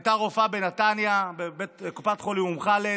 היא הייתה רופאה בנתניה בקופת חולים אום חאלד,